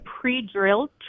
pre-drilled